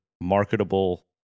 marketable